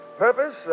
Purpose